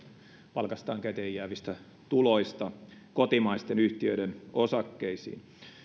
palkastaan käteen jäävistä tuloista kotimaisten yhtiöiden osakkeisiin